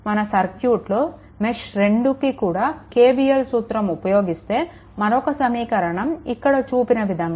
మన సర్క్యూట్లోని మెష్2కి కూడా KVL సూత్రం ఉపయోగిస్తే మరొక సమీకరణం ఇక్కడ చూపిన విధంగా వస్తుంది